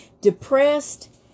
depressed